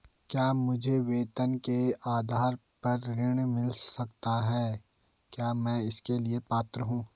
क्या मुझे वेतन के आधार पर ऋण मिल सकता है क्या मैं इसके लिए पात्र हूँ?